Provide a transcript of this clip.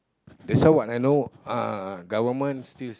that's why what I know uh government still